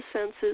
senses